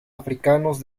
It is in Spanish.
africanos